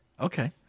Okay